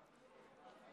יפה.